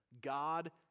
God